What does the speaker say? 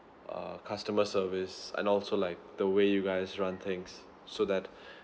err customer service and also like the way you guys run things so that